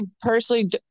personally